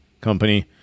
company